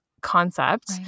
concept